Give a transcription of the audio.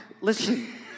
Listen